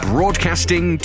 Broadcasting